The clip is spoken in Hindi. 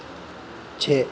छः